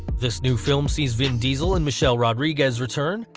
this new film sees vin diesel and michelle rodriguez return,